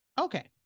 okay